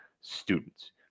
students